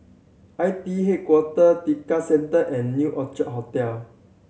I T H Headquarter Tekka Center and New Hotel